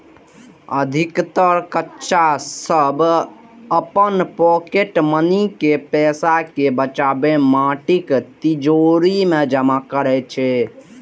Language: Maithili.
अधिकतर बच्चा सभ अपन पॉकेट मनी के पैसा कें बचाके माटिक तिजौरी मे जमा करै छै